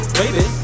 baby